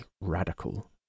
radical